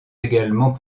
également